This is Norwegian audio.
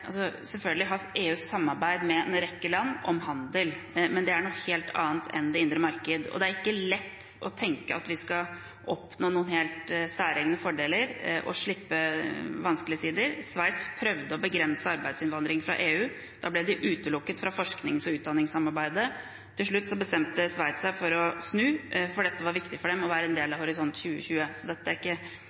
Selvfølgelig har EU samarbeid med en rekke land om handel, men det er noe helt annet enn det indre marked, og det er ikke lett å tenke seg at vi skal oppnå noen helt særegne fordeler og slippe vanskelige sider. Sveits prøvde å begrense arbeidsinnvandring fra EU. Da ble de utelukket fra forsknings- og utdanningssamarbeidet. Til slutt bestemte Sveits seg for å snu, for det var viktig for dem å være en del av Horisont 2020. Så vi kan ikke